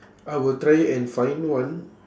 I will try and find one